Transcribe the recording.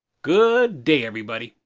good day everybody!